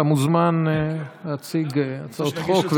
אתה מוזמן להציג הצעות חוק,